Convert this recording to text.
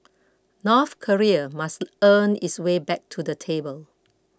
North Korea must earn its way back to the table